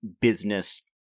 business